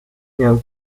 miałem